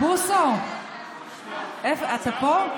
בוסו, אתה פה?